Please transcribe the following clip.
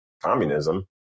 Communism